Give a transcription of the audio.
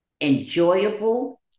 enjoyable